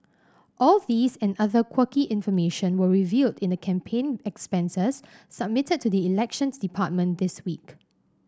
all these and other quirky information were revealed in the campaign expenses submitted to the Elections Department this week